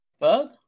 third